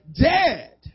dead